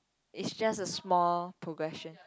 it's just a small progression